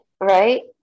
right